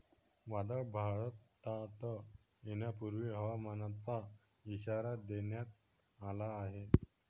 वादळ भारतात येण्यापूर्वी हवामानाचा इशारा देण्यात आला आहे